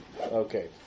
Okay